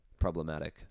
problematic